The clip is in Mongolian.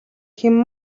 хэн